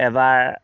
এবাৰ